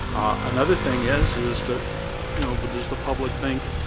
another thing is is to you know, what does the public think?